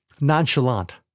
nonchalant